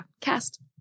Cast